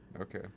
Okay